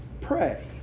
pray